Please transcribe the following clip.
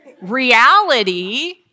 Reality